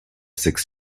six